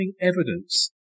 evidence